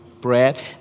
bread